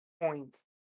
Point